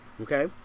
Okay